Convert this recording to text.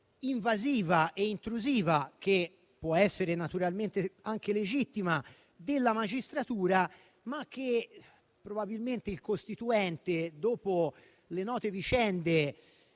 invasiva e intrusiva, che può essere naturalmente anche legittima, della magistratura. Ma probabilmente il Costituente, dopo le note vicende